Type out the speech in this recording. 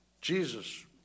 Jesus